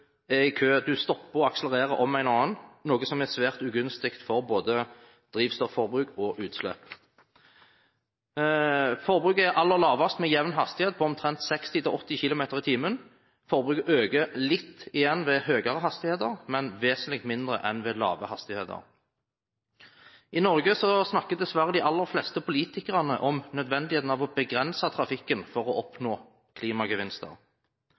stopper og akselererer om hverandre, noe som er svært ugunstig for både drivstofforbruk og utslipp. Forbruket er aller lavest ved jevn hastighet på omtrent 60–80 km/t. Forbruket øker litt igjen ved høyere hastigheter, men vesentlig mindre enn ved lave hastigheter. I Norge snakker dessverre de aller fleste politikerne om nødvendigheten av å begrense trafikken for å oppnå klimagevinster.